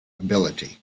ability